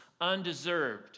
undeserved